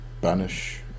banish